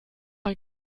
ein